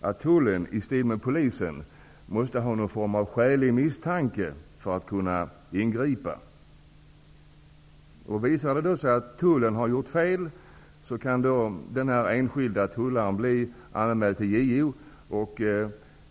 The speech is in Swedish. att tullen, på samma sätt som polisen, måste ha någon form av skälig misstanke för att kunna ingripa. Om det då visar sig att tullen har gjort fel, kan den enskilda tullaren bli anmäld till JO.